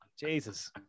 Jesus